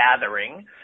Gathering